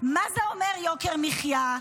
מה זה אומר יוקר מחיה?